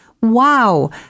Wow